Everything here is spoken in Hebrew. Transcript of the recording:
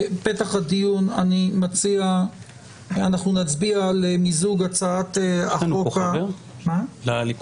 בפתח הדיון אני מציע שאנחנו נצביע על הצעת המיזוג לפי סעיף 84(ד)